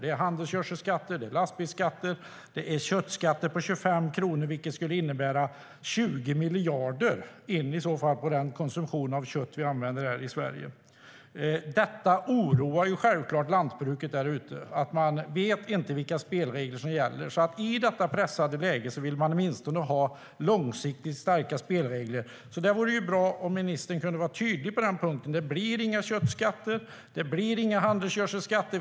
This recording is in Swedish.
Det är handelsgödselskatter och lastbilsskatter, och det är köttskatter på 25 kronor. Det skulle i så fall innebära 20 miljarder in på den konsumtion av kött vi har i Sverige. Detta oroar självklart lantbruket där ute. Man vet inte vilka spelregler som gäller. I detta pressade läge vill man åtminstone ha långsiktigt starka spelregler. Det vore alltså bra om ministern kunde vara tydlig på den punkten och säga "Det blir inga köttskatter, och det blir inga handelsgödselskatter.